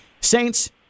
saints